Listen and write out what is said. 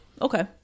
okay